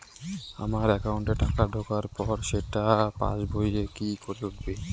আমার একাউন্টে টাকা ঢোকার পর সেটা পাসবইয়ে কি করে উঠবে?